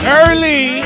early